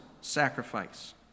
sacrifice